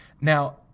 Now